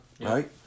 right